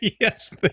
Yes